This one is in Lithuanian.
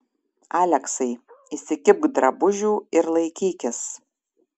aleksai įsikibk drabužių ir laikykis